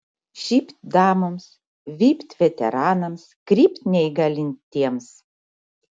šypt damoms vypt veteranams krypt neįgalintiems